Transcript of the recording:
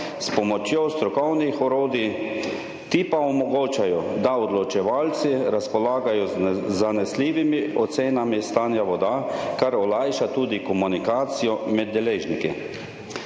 s pomočjo strokovnih orodij, ti pa omogočajo, da odločevalci razpolagajo z zanesljivimi ocenami stanja voda, kar olajša tudi komunikacijo med deležniki.